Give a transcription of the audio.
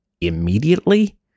immediately